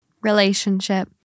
Relationship